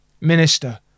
Minister